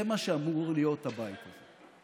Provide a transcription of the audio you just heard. זה מה שאמור להיות הבית הזה,